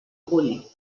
orgull